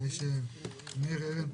מאיר ארנפרויד,